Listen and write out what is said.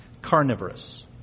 carnivorous